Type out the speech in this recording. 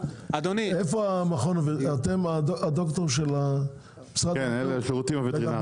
איפה מנהל השירותים הווטרינרים,